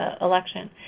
election